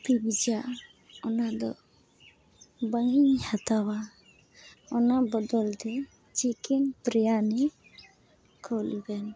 pizza ᱚᱱᱟ ᱫᱚ ᱵᱟᱝ ᱤᱧ ᱦᱟᱛᱟᱣᱟ ᱚᱱᱟ ᱵᱚᱫᱚᱞ ᱛᱮ ᱪᱤᱠᱮᱱ ᱵᱨᱤᱭᱟᱱᱤ ᱠᱩᱞ ᱵᱮᱱ